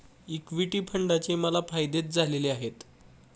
equity फंडाचे मला फायदेच झालेले आहेत